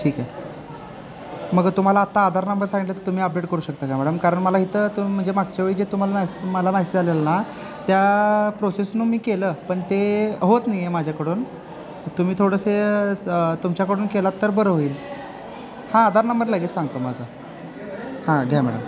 ठीक आहे मग तुम्हाला आत्ता आधार नंबर सांगितलं तर तुम्ही अपडेट करू शकता काय मॅडम कारण मला इथं तुम्ही म्हणजे मागच्या वळी जे तुम्हाला मेस मला मेसेज आलेला ना त्या प्रोसेसनु मी केलं पण ते होत नाही आहे माझ्याकडून तुम्ही थोडंसं तुमच्याकडून केलात तर बरं होईल हां आधार नंबर लगेच सांगतो माझा हां घ्या मॅडम